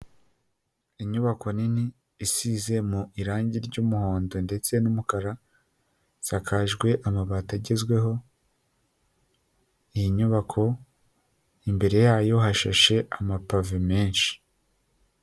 Inyubako nini isize mu irangi ry'umuhondo ndetse n'umukara isakajwe amabati agezweho ni inyubako imbere yayo hashashe amapave menshi.